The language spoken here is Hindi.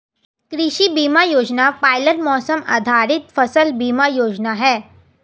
कृषि बीमा योजना पायलट मौसम आधारित फसल बीमा योजना है